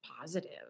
positive